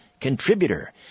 contributor